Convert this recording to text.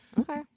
Okay